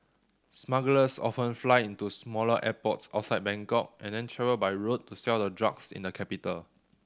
smugglers often fly into smaller airports outside Bangkok and then travel by road to sell the drugs in the capital